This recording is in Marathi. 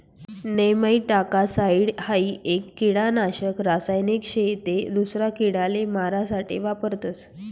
नेमैटीकासाइड हाई एक किडानाशक रासायनिक शे ते दूसरा किडाले मारा साठे वापरतस